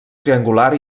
triangular